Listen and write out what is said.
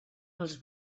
els